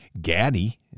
Gaddy